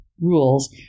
rules